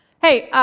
hey,